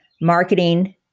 marketing